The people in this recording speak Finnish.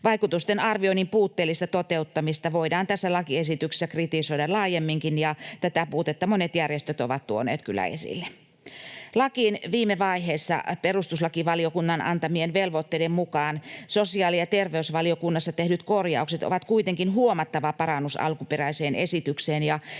Vaikutusten arvioinnin puutteellista toteuttamista voidaan tässä lakiesityksessä kritisoida laajemminkin, ja tätä puutetta monet järjestöt ovat tuoneet kyllä esille. Lakiin viime vaiheessa perustuslakivaliokunnan antamien velvoitteiden mukaan sosiaali- ja terveysvaliokunnassa tehdyt korjaukset ovat kuitenkin huomattava parannus alkuperäiseen esitykseen,